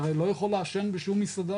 הרי אתה לא יכול לעשן בשום משרד,